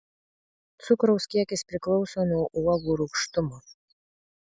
cukraus kiekis priklauso nuo uogų rūgštumo